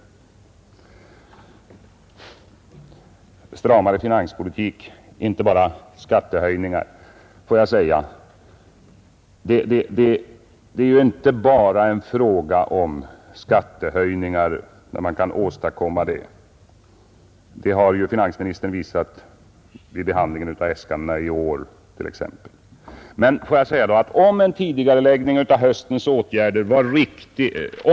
Vad beträffar kravet på en stramare finanspolitik vill jag framhålla, att det finns andra metoder att tillgripa än skattehöjningar. Det har ju finansministern visat t.ex. vid behandlingen av anslagsäskandena för i år.